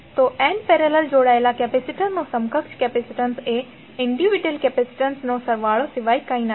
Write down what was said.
તો n parallel જોડાયેલ કેપેસિટરનું સમકક્ષ કેપેસિટીન્સ એ વ્યક્તિગત કૅપેસિટન્સ નો સરવાળો સિવાય કંઈ નથી